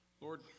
Lord